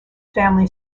family